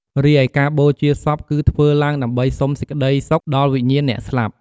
រីឯការបូជាសពគឺធ្វើឡើងដើម្បីសុំសេចក្ដីសុខដល់វិញ្ញាណអ្នកស្លាប់។